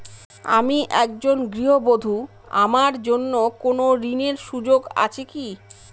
আমি একজন গৃহবধূ আমার জন্য কোন ঋণের সুযোগ আছে কি?